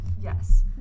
yes